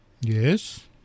Yes